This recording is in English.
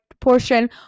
portion